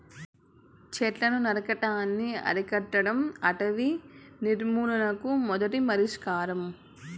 చెట్లను నరకటాన్ని అరికట్టడం అటవీ నిర్మూలనకు మొదటి పరిష్కారం